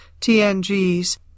TNGs